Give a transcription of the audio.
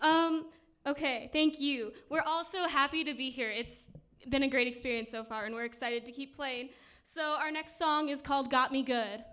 live ok thank you we're also happy to be here it's been a great experience so far and we're excited to be play so our next song is called got me good